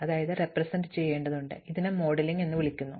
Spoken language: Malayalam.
അതിനാൽ ഇതിനെ മോഡലിംഗ് എന്ന് വിളിക്കുന്നു